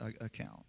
account